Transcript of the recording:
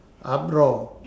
uproar